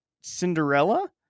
Cinderella